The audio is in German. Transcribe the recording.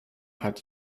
hat